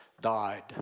died